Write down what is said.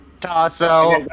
Tasso